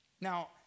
Now